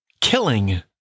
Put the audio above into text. Killing